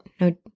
no